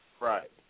Right